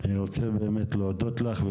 אני רוצה באמת להודות לך,